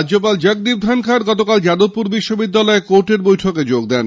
রাজ্যপাল জগদীপ ধনখড় গতকাল যাদবপুর বিশ্ববিদ্যালয়ের কোর্টের বৈঠকে যোগ দেন